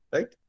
Right